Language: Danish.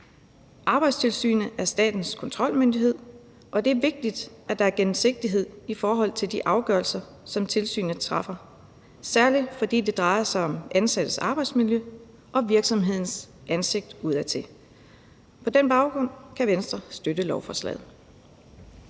Arbejdstilsynet er statens kontrolmyndighed, og det er vigtigt, at der er gennemsigtighed i forhold til de afgørelser, som tilsynet træffer, særlig fordi det drejer sig om ansattes arbejdsmiljø og virksomhedens ansigt udadtil. På den baggrund kan Venstre støtte lovforslaget.